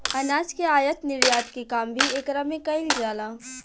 अनाज के आयत निर्यात के काम भी एकरा में कईल जाला